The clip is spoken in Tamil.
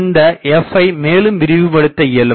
இந்த fஐ மேலும் விரிவுபடுத்த இயலும்